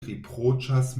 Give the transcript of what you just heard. riproĉas